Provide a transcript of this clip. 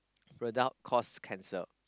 product cause cancer